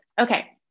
Okay